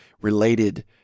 related